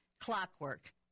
Clockwork